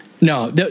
No